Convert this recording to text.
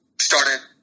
started